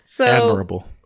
admirable